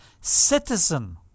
citizen